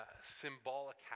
symbolic